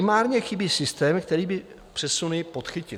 Primárně chybí systém, který by přesuny podchytil.